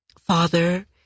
Father